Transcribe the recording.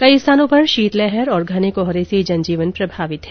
कई स्थानों पर शीतलहर और घने कोहरे से जन जीवन प्रभावित है